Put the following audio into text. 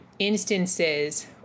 instances